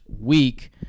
week